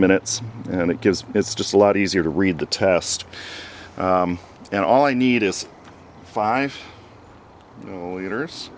minutes and it gives it's just a lot easier to read the test and all i need is five lea